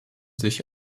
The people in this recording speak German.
sich